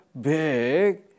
big